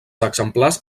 exemplars